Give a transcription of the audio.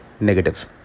negative